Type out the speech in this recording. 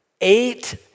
eight